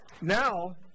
now